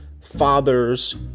father's